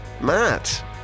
Matt